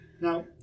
now